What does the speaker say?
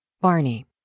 Barney